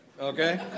okay